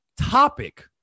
topic